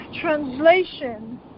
translation